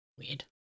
Weird